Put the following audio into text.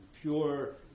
pure